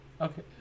Okay